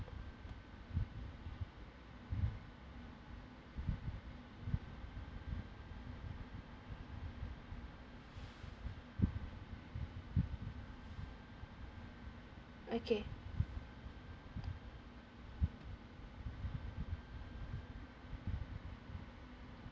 okay